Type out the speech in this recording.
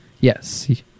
Yes